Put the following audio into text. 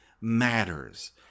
matters